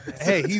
Hey